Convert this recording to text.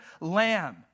lamb